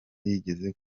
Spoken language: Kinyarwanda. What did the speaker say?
yigeze